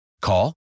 Call